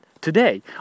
today